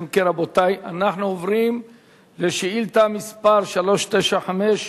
רבותי, אנחנו עוברים לשאילתא מס' 395,